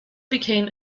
became